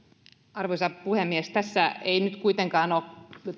arvoisa puhemies tässä ei nyt kuitenkaan ole